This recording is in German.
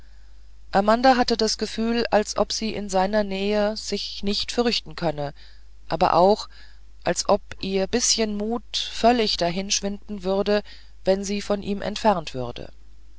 amanda hatte das gefühl als ob sie in seiner nähe sich nicht fürchten könne aber auch als ob ihr bißchen mut völlig dahin sein würde wenn sie von ihm entfernt würde